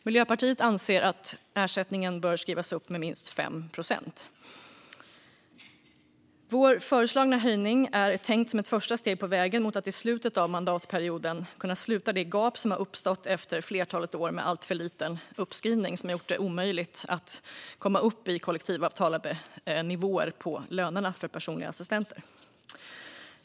Miljöpartiet anser att ersättningen bör skrivas upp med 5 procent. Vår föreslagna höjning är tänkt som ett första steg på vägen mot att i slutet av mandatperioden kunna sluta det gap som har uppstått efter ett flertal år med alltför liten uppskrivning, vilket har gjort det omöjligt att komma upp i kollektivnivåer på löner för personliga assistenter.